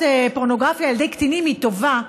פורנוגרפיה על ידי קטינים הן טובות,